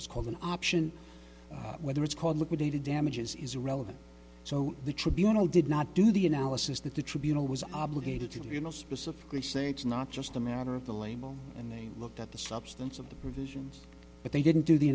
is called an option whether it's called liquidated damages is relevant so the tribunal did not do the analysis that the tribunal was obligated to do you know specifically say it's not just a matter of the layman and they looked at the substance of the provisions but they didn't do the